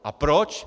A proč?